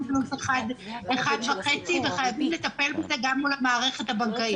פלוס 1.5. חייבים לטפל בזה גם מול המערכת הבנקאית.